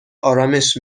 آرامش